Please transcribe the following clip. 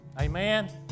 Amen